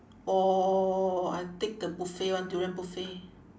!whoa! I take the buffet [one] durian buffet